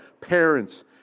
parents